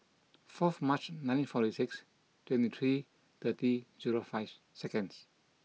fourth March nineteen forty six twenty three thirty zero five seconds